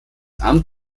amt